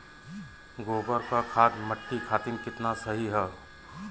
गोबर क खाद्य मट्टी खातिन कितना सही ह?